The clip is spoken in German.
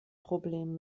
problem